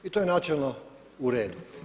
I to je načelno u redu.